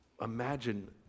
imagine